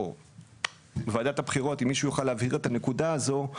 או וועדת הבחירות אם מישהו יוכל להבהיר את הנקודה הזו,